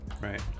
Right